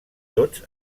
tots